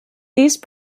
these